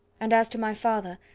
and as to my father,